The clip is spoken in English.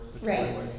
Right